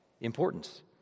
importance